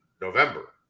November